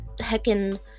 heckin